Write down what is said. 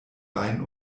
beinen